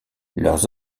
leurs